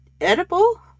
edible